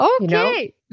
okay